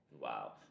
wow